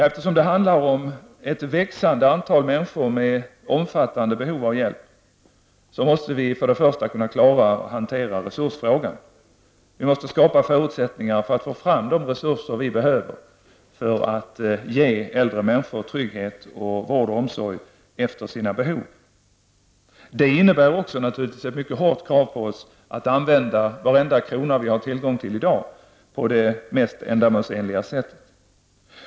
Eftersom det handlar om ett växande antal människor med omfattande behov av hjälp, måste vi för det första kunna klara och hantera resursfrågan. Vi måste skapa förutsättningar att få fram de resurser vi behöver för att ge äldre människor trygghet, vård och omsorg efter deras behov. Det innebär naturligtvis ett mycket hårt krav på oss att på det mest ändamålsenliga sättet använda varenda krona vi har tillgänglig i dag.